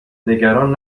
نگران